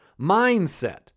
mindset